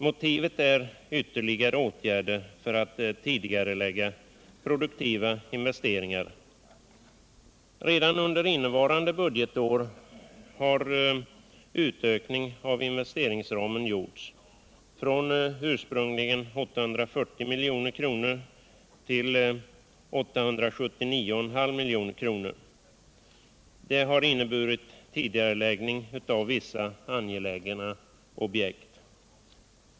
Motivet är att man önskar ytterligare åtgärder för att tidigarelägga produktiva investeringar. Redan innevarande budgetår har investeringsramen vidgats, från ursprungligen 840 milj.kr. till 879,5 milj.kr., vilket inneburit en tidigareläggning av vissa angelägna objekt.